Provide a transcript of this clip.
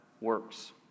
works